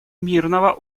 мирного